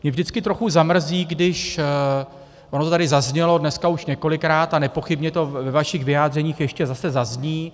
Mě vždycky trochu zamrzí, když ono to tady zaznělo dneska už několikrát a nepochybně to ve vašich vyjádřeních ještě zase zazní.